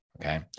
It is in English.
okay